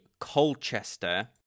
Colchester